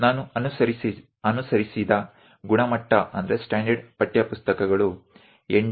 ನಾವು ಅನುಸರಿಸಿದ ಗುಣಮಟ್ಟ ಪಠ್ಯಪುಸ್ತಕಗಳು ಎನ್